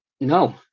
No